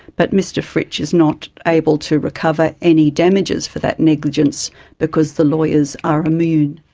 but mr fritsch is not able to recover any damages for that negligence because the lawyers are immune.